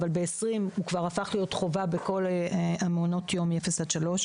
אבל ב-2020 הוא כבר הפך להיות חובה בכל מעונות היום מאפס עד שלוש,